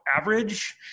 average